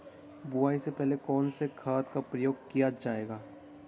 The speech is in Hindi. बुआई से पहले कौन से खाद का प्रयोग किया जायेगा?